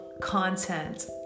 content